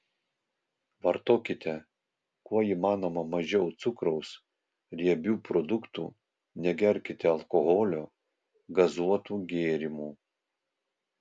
vartokite kuo įmanoma mažiau cukraus riebių produktų negerkite alkoholio gazuotų gėrimų